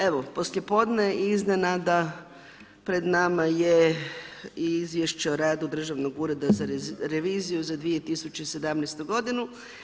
Evo, poslijepodne i iznenada pred nama je i Izvješće o radu Državnog ureda za reviziju za 2017. godinu.